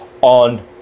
on